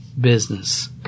business